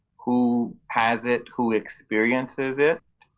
who has it, who experiences it,